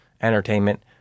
entertainment